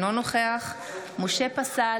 אינו נוכח משה פסל,